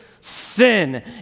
sin